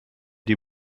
die